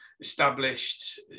established